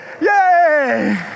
Yay